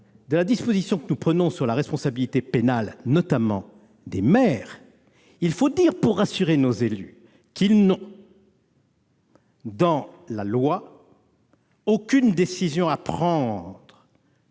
de la disposition que nous prenons sur la responsabilité pénale, notamment des maires, il faut dire à nos élus, pour les rassurer, qu'ils n'ont, d'après la loi, aucune décision à prendre